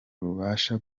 rubasha